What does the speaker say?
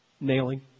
Nailing